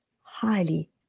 highly